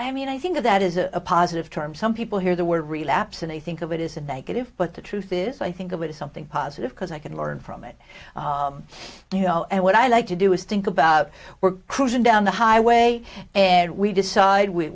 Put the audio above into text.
i mean i think that is a positive term some people hear the word relapse and they think of it isn't that good if but the truth is i think of it as something positive because i can learn from it you know and what i like to do is think about we're cruising down the highway and we decide we